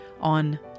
on